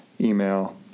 Email